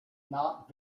not